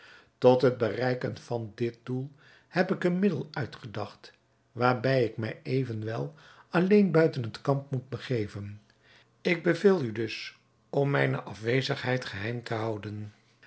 tot het bereiken van dit doel heb ik een middel uitgedacht waarbij ik mij evenwel alleen buiten het kamp moet begeven ik beveel u dus om mijne afwezigheid geheim te houden